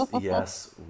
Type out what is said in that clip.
yes